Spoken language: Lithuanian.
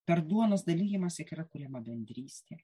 per duonos dalijimąsi yra kuriama bendrystė